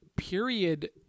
period